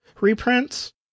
reprints